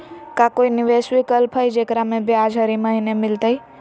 का कोई निवेस विकल्प हई, जेकरा में ब्याज हरी महीने मिलतई?